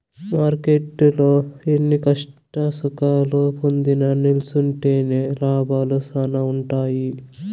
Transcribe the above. మార్కెట్టులో ఎన్ని కష్టసుఖాలు పొందినా నిల్సుంటేనే లాభాలు శానా ఉంటాయి